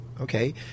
Okay